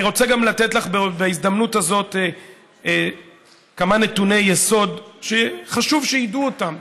אני גם רוצה לתת לך בהזדמנות הזאת כמה נתוני יסוד שחשוב שידעו אותם,